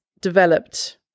developed